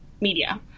media